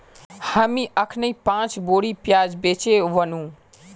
हामी अखनइ पांच बोरी प्याज बेचे व नु